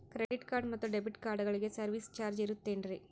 Credit card ಮತ್ತು debit ಕಾರ್ಡಗಳಿಗೆ service charge ಇರುತೇನ್ರಿ?